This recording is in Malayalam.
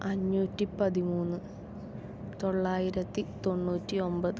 അഞ്ഞൂറ്റി പതിമൂന്ന് തൊള്ളായിരത്തി തൊണ്ണൂറ്റി ഒമ്പത്